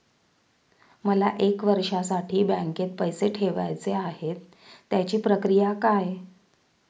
मला एक वर्षासाठी बँकेत पैसे ठेवायचे आहेत त्याची प्रक्रिया काय?